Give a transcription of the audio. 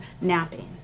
napping